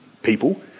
People